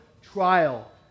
trial